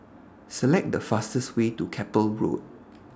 Select The fastest Way to Keppel Road